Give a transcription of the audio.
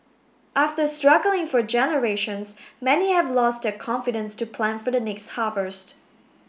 after struggling for generations many have lost their confidence to plan for the next harvest